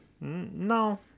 No